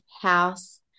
house